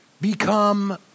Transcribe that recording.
become